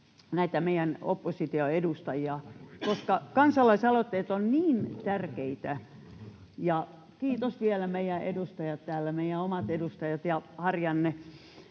näitä meidän oppositioedustajia, koska kansalaisaloitteet ovat niin tärkeitä. Kiitos vielä meidän edustajat täällä,